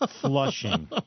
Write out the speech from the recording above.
Flushing